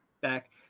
back